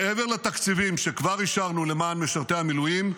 מעבר לתקציבים שכבר אישרנו למען משרתי המילואים,